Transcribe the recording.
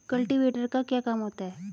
Cultivator का क्या काम होता है?